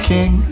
King